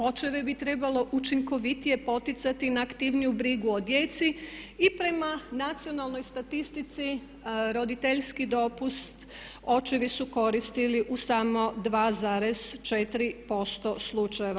Očeve bi trebalo učinkovitije poticati na aktivniju brigu o djeci i prema nacionalnoj statistici roditeljski dopust očevi su koristili u samo 2,4% slučajeva.